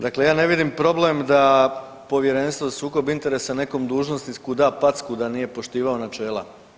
Dakle, ja ne vidim problem da Povjerenstvo za sukob interesa nekom dužnosniku da packu da nije poštivao načela.